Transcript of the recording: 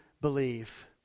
believe